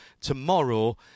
tomorrow